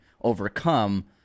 overcome